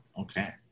Okay